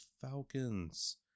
Falcons